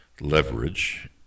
leverage